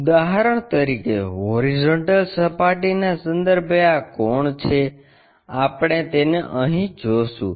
ઉદાહરણ તરીકે હોરિઝોન્ટલ સપાટીના સંદર્ભે આ કોણ છે આપણે તેને અહીં જોશું